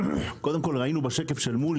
קודם כל, ראינו בשקף של שמואל